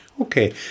Okay